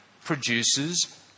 produces